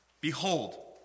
Behold